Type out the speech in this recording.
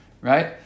right